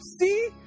see